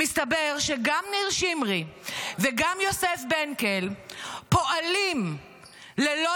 מסתבר שגם ניר שמרי וגם יוסף בנקל פועלים ללא